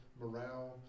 morale